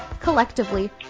Collectively